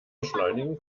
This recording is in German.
beschleunigen